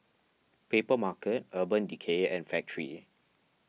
Papermarket Urban Decay and Factorie